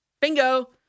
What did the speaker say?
Bingo